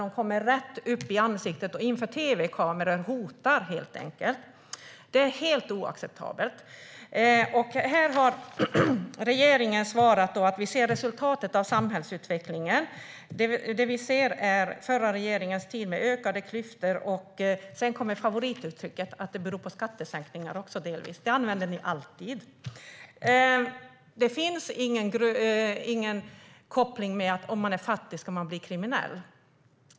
De kommer rätt upp i ansiktet och hotar dem inför tv-kamerorna. Det är helt oacceptabelt. Regeringen har svarat att man ser resultatet av en samhällsutveckling under den förra regeringens tid med ökade klyftor. Sedan kommer favorituttrycket: Det beror på skattesänkningar - det använder ni alltid. Det finns ingen koppling mellan att vara fattig och bli kriminell.